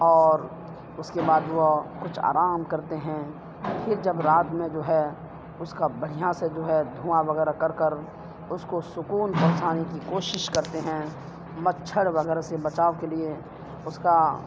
اور اس کے بعد وہ کچھ آرام کرتے ہیں پھر جب رات میں جو ہے اس کا بڑھیاں سے جو ہے دھواں وغیرہ کر کر اس کو سکون پہنچانے کی کوشش کرتے ہیں مچھر وغیرہ سے بچاؤ کے لیے اس کا